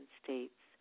states